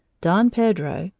don pedro,